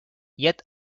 yet